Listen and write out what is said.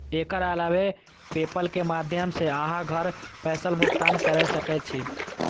एकर अलावे पेपल के माध्यम सं अहां घर बैसल भुगतान कैर सकै छी